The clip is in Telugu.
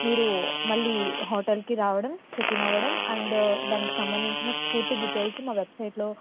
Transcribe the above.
మీరు మళ్ళీ హోటల్కి రావడం చెక్ ఇన్ అవ్వడం అండ్ దానికి సంబంధించిన పూర్తి డీటెయిల్స్ మా వెబ్సైట్లో